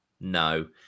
No